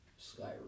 Skyrim